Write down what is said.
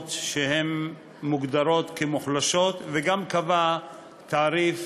שלמות שמוגדרות כמוחלשות, וגם קבע תעריף